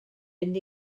fynd